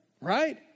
right